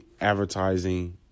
advertising